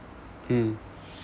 mm